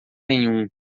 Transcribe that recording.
nenhum